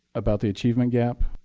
about the achievement gap.